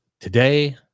today